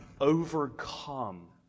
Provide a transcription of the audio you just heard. overcome